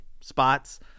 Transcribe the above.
spots